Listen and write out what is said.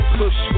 push